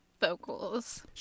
vocals